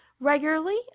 regularly